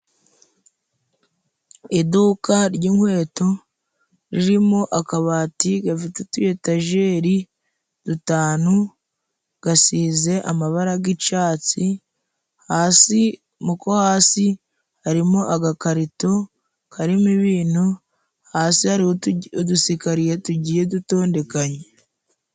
Iduka ry'inkweto ririmo akabati gafite utu yetajeri dutanu gasize amabara g'icatsi ,hasi muko hasi harimo agakarito karimo ibintu, hasi hariho udusikariye tugiye dutondeganye.